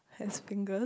has fingers